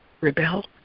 rebel